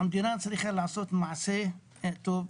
המדינה צריכה לעשות מעשה טוב,